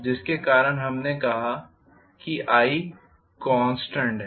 जिसके कारण हमने कहा कि i कॉन्स्टेंट है